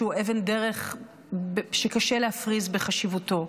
שהוא אבן דרך שקשה להפריז בחשיבותה.